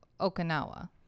Okinawa